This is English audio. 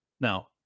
Now